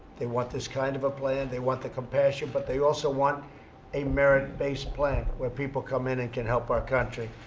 they want this kind of a plan. they want the compassion but they also want a merit-based plan where people come in and can help our country.